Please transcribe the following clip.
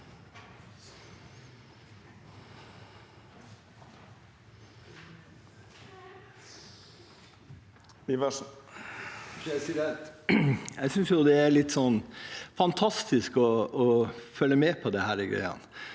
Jeg synes det er litt fantastisk å følge med på dette.